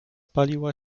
paliła